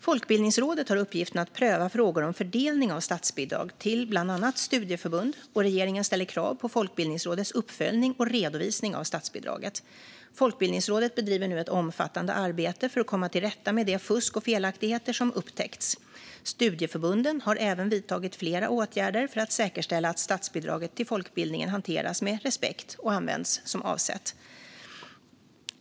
Folkbildningsrådet har uppgiften att pröva frågor om fördelning av statsbidrag till bland annat studieförbund, och regeringen ställer krav på Folkbildningsrådets uppföljning och redovisning av statsbidraget. Folkbildningsrådet bedriver nu ett omfattande arbete för att komma till rätta med det fusk och de felaktigheter som upptäckts. Studieförbunden har även vidtagit flera åtgärder för att säkerställa att statsbidraget till folkbildningen hanteras med respekt och används som avsetts.